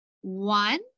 one